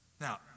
Now